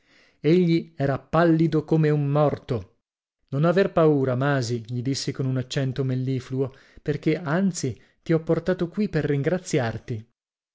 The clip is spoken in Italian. egli era pallido come un morto non aver paura masi gli dissi con accento mellifluo perché anzi ti ho portato qui per ringraziarti